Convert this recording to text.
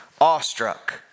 awestruck